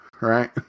right